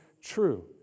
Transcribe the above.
true